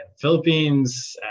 Philippines